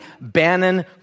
Bannon